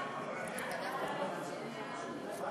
ההצעה להעביר את הצעת חוק שירותי תיירות (תיקון,